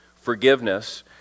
forgiveness